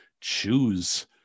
choose